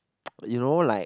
you know like